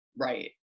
right